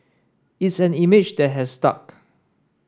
it's an image that has stuck